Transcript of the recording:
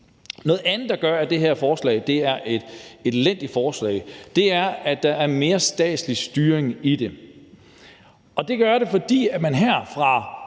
Noget andet, der gør, at det her forslag er et elendigt forslag, er, at der er mere statslig styring i det, og det er der, fordi man her fra